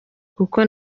kuko